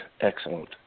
excellent